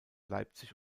leipzig